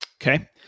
Okay